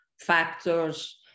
factors